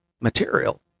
material